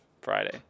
Friday